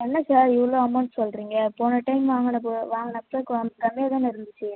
என்ன சார் இவ்வளோ அமௌண்ட் சொல்றீங்க போன டைம் வாங்குனப்போ வாங்குனப்போ கொஞ்சம் கம்மியாக தானே இருந்துச்சு